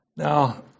Now